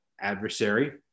adversary